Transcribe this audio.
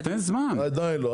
עדיין לא.